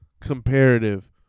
comparative